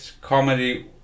comedy